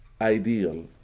ideal